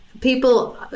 people